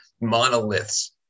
monoliths